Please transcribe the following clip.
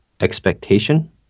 expectation